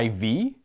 IV